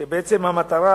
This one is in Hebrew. ובעצם המטרה